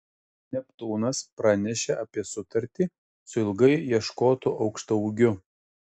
neptūnas pranešė apie sutartį su ilgai ieškotu aukštaūgiu